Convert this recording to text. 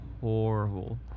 horrible